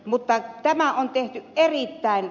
mutta tämä on tehty erittäin